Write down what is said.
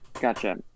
gotcha